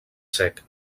sec